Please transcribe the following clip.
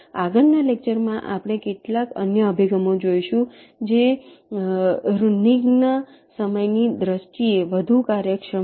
આગળના લેક્ચરમાં આપણે કેટલાક અન્ય અભિગમો જોઈશું જે રુન્નિન્ગ સમયની દ્રષ્ટિએ વધુ કાર્યક્ષમ છે